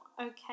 okay